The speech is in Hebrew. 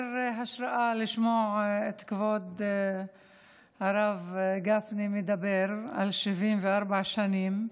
ומעורר השראה לשמוע את כבוד הרב גפני מדבר על 74 שנים.